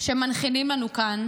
שמנחילים לנו כאן